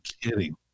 kidding